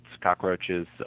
cockroaches